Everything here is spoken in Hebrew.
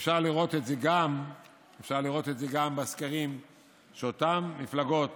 אפשר לראות את זה גם בסקרים שאותן מפלגות